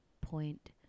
point